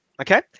Okay